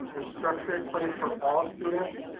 and structured place for all students,